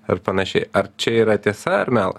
ar panašiai ar čia yra tiesa ar melas